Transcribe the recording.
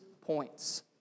points